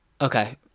Okay